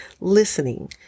listening